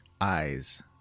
eyes